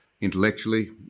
intellectually